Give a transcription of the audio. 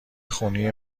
خونی